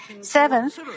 Seventh